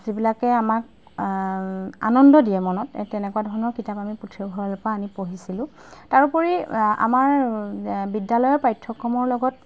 যিবিলাকে আমাক আনন্দ দিয়ে মনত এই তেনেকুৱা ধৰণৰ কিতাপ আমি পুথিভঁৰালৰ পৰা আনি পঢ়িছিলোঁ তাৰোপৰি আমাৰ বিদ্যালয়ৰ পাঠ্যক্ৰমৰ লগত